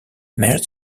mare